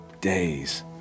days